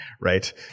right